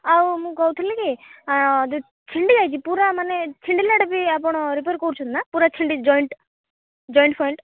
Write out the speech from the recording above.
ଆଉ ମୁଁ କହୁଥିଲି କି ଛିଣ୍ଡି ଯାଇଛି ପୁରା ମାନେ ଛିଣ୍ଡିଲାଟା ବି ଆପଣ ରିପେୟାର କରୁଛନ୍ତି ନା ପୁରା ଛିଣ୍ଡି ଜଏଣ୍ଟ ଜଏଣ୍ଟ ଫଏଣ୍ଟ